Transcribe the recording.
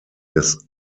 des